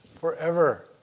forever